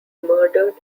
murdered